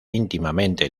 íntimamente